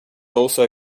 also